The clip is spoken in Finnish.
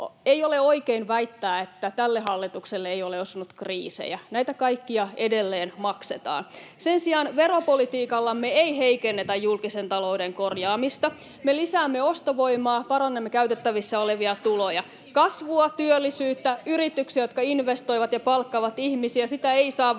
Ei ole oikein väittää, että tälle hallitukselle ei ole osunut kriisejä. Näitä kaikkia edelleen maksetaan. Sen sijaan veropolitiikallamme ei heikennetä julkisen talouden korjaamista. Me lisäämme ostovoimaa, parannamme käytettävissä olevia tuloja, [Annika Saarikon välihuuto — Välihuutoja vasemmalta] kasvua, työllisyyttä, yrityksiä, jotka investoivat ja palkkaavat ihmisiä. Sitä ei saa